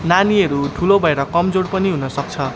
नानीहरू ठुलो भएर कमजोर पनि हुनसक्छ